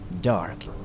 dark